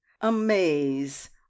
amaze